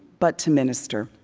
but to minister.